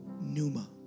Numa